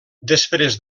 després